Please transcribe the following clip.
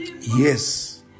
Yes